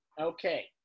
Okay